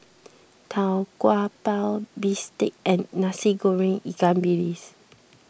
Tau Kwa Pau Bistake and Nasi Goreng Ikan Bilis